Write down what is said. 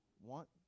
want